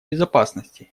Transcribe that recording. безопасности